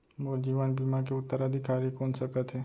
मोर जीवन बीमा के उत्तराधिकारी कोन सकत हे?